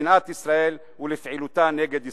לשנאת ישראל ולפעילותה נגד ישראל.